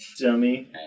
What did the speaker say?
dummy